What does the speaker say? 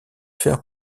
fair